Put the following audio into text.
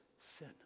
sin